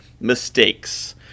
mistakes